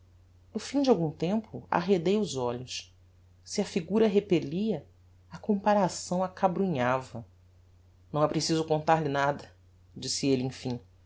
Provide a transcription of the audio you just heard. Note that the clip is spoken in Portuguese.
no fim de algum tempo arredei os olhos se a figura repellia a comparação acabrunhava não é preciso contar-lhe nada disse elle emfim